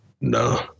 No